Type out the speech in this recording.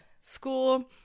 school